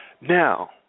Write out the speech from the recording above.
now